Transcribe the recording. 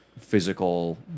physical